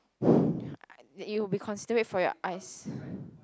you'll be considerate for your eyes